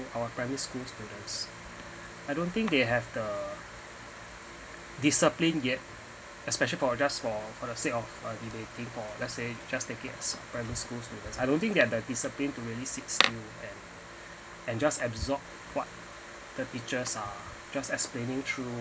our primary school students I don't think they have the discipline yet especially for just for for the sake for uh debating or let's say just take it as primary school students I don't think they are disciplined to really sit still and and just absorb what the teachers are just explaining through